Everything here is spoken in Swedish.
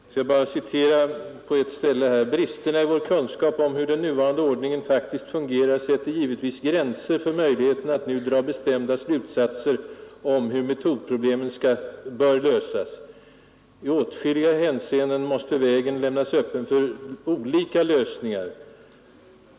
Jag skall bara citera på ett ställe: ”Bristerna i vår kunskap om hur den nuvarande ordningen faktiskt fungerar sätter givetvis gränser för möjligheterna att nu dra bestämda slutsatser om hur metodproblemen bör lösas. I åtskilliga hänseenden måste vägen lämnas öppen för olika lösningar.